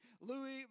Louis